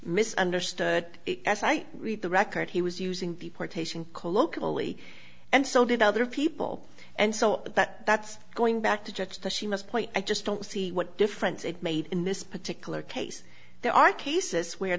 misunderstood as i read the record he was using the partition colloquially and so did other people and so that that's going back to judge the she must point i just don't see what difference it made in this particular case there are cases where